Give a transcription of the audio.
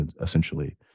essentially